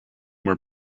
were